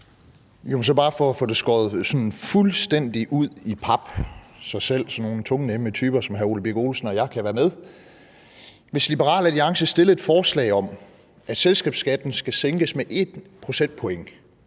for at få skåret det fuldstændig ud i pap, så selv sådan nogle tungnemme typer som Ole Birk Olesen og jeg kan være med, vil jeg spørge: Hvis Liberal Alliance stillede et forslag om, at selskabsskatten skal sænkes med 1 procentpoint